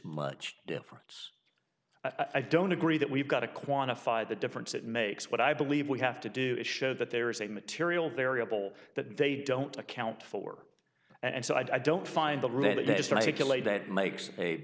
much difference i don't agree that we've got to quantify the difference it makes what i believe we have to do is show that there is a material variable that they don't account for and so i don't find the really th